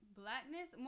blackness